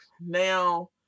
Now